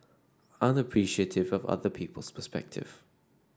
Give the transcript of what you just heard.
aren't appreciative of other people's perspective